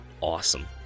awesome